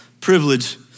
Privilege